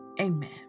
Amen